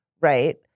right